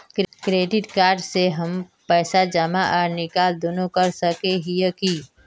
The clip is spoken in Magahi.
क्रेडिट कार्ड से हम पैसा जमा आर निकाल दोनों कर सके हिये की?